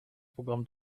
programm